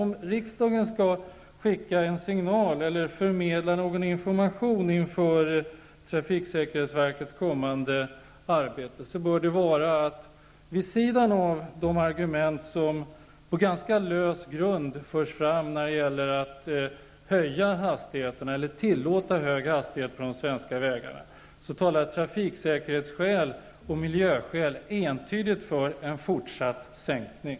Om riksdagen skall skicka en signal eller förmedla någon information inför trafiksäkerhetsverkets kommande arbete, bör det vara att vid sidan av de argument som på ganska lös grund förs fram när det gäller att höja hastigheter eller tillåta höga hastigheter på de svenska vägarna, talar trafiksäkerhetsskäl och miljöskäl entydigt för en fortsatt sänkning.